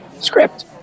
Script